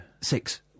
Six